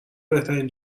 بهترین